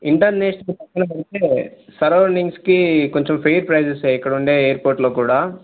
international ఎయిర్పోర్ట్కి సర్రౌండింగ్స్కి కొంచెం ఫెయిర్ ప్రెస్సెస్ ఇక్కడుండే ఎయిర్పోర్ట్లో కూడా